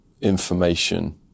information